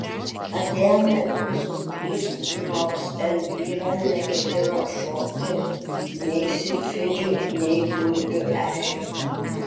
atėjome visos trys nors elvyra neketino šokti nei silfidžių nei gulbių ežero